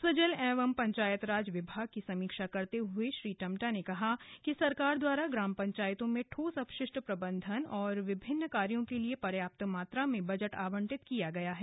स्वजल एवं पंचायतराज विभाग की समीक्षा करते हुए श्री टम्टा ने कहा कि सरकार द्वारा ग्राम पंचायतों में ठोस अपशिष्ट प्रबन्धन और विभिन्न कार्यो के लिए पर्याप्त मात्र में बजट आवंटित किया गया है